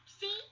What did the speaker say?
See